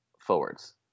forwards